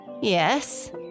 Yes